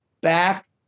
back